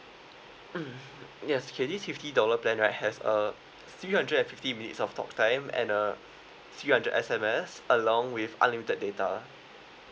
mm yes okay this fifty dollar plan right has a three hundred fifty minutes of talk time and uh three hundred S_M_S along with unlimited data